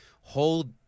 hold